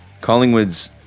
Collingwood's